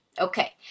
Okay